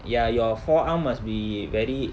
ya your forearm must be very